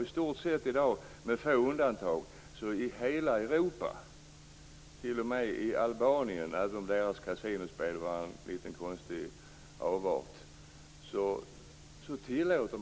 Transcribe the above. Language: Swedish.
I dag tillåter man dessa regler inom i stort sett hela Europa, med få undantag - t.o.m. i Albanien, även om deras kasinospel var en litet konstig avart.